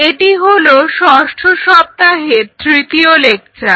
এটি হলো ষষ্ঠ সপ্তাহের তৃতীয় লেকচার